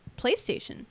PlayStation